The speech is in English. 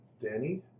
Danny